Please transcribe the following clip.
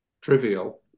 trivial